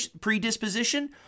predisposition